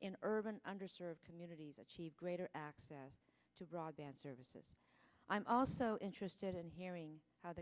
in urban under served communities achieve greater access to broadband services i'm also interested in hearing how the